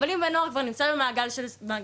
אבל אם בן נוער כבר נמצא במעגל של סמים,